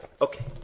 Okay